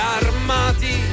armati